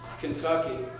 Kentucky